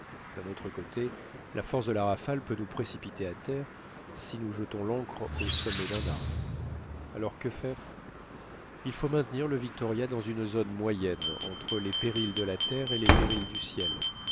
d'un autre côté la force de la rafale peut nous précipiter à terre si nous jetons l'ancre au sommet d'un arbre alors que faire il faut maintenir le victoria dans une zone moyenne entre les périls de la terre et les périls du ciel